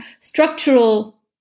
structural